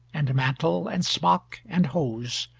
and mantle, and smock, and hose,